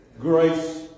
Grace